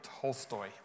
Tolstoy